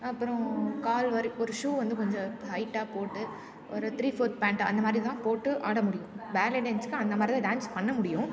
அப்பறம் கால் வரைக்கு ஒரு ஷூ வந்து கொஞ்சம் ஹைட்டாக போட்டு ஒரு த்ரீ ஃபோர்த் பேண்ட் அந்த மாதிரி தான் போட்டு ஆட முடியும் பேலே டான்ஸுக்கு அந்த மாதிரி தான் டான்ஸ் பண்ண முடியும்